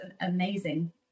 amazing